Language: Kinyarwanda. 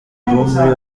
muri